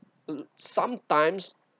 um sometimes